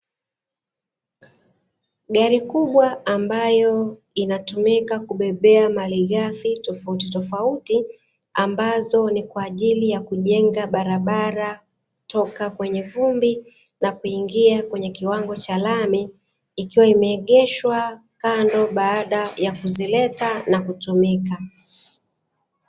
Gari kubwa ambayo inatumika kubebea malighafi tofautitofauti, ambazo ni kwa ajili ya kujenga barabara toka kwenye vumbi na kuingia kwenye kiwango cha lami, ikiwa imeegeshwa kando baada ya kuzileta na kutumika.